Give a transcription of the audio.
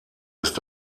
ist